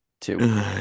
Two